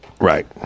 Right